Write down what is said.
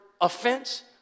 offense